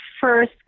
first